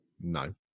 no